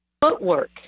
footwork